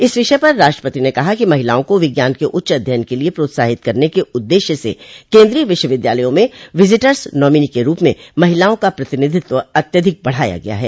इस विषय पर राष्ट्रपति ने कहा कि महिलाओं को विज्ञान के उच्च अध्ययन के लिए प्रोत्साहित करने के उद्देश्य से केन्द्रीय विश्वविद्यालयों में विजिटर्स नोमिनी के रूप में महिलाओं का प्रतिनिधित्व अत्यधिक बढ़ाया गया है